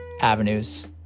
avenues